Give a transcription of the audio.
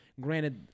Granted